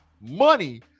money